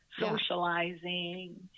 socializing